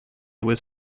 was